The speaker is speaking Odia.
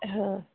ହଁ